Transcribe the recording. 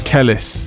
Kellis